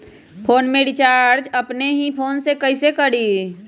Phone में recharge अपने ही फ़ोन से कईसे करी?